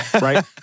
Right